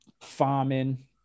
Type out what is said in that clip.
farming